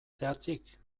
zehatzik